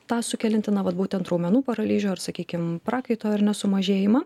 tą sukelianti na vat būtent raumenų paralyžių ar sakykim prakaito ar ne sumažėjimą